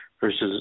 versus